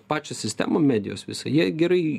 pačią sistemą medijos visą jie gerai